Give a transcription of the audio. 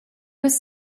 was